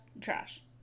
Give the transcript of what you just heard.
trash